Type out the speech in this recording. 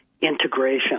integration